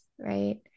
right